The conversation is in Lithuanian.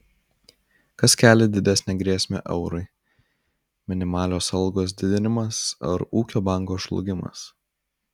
kas kelia didesnę grėsmę eurui minimalios algos didinimas ar ūkio banko žlugimas